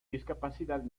discapacidad